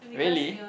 really